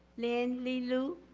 lynn leloo?